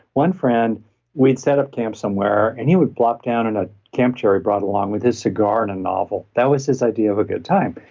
one friend we'd set up camp somewhere and he would plop down in a camp chair he brought along with his cigar and a novel, that was his idea of a good time.